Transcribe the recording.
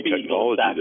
technology